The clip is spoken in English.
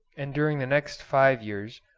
and during the next five years,